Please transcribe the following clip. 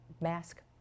mask